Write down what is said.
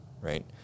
right